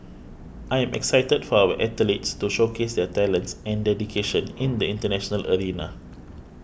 I am excited for our athletes to showcase their talents and dedication in the international arena